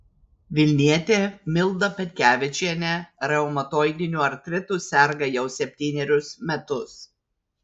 vilnietė milda petkevičienė reumatoidiniu artritu serga jau septynerius metus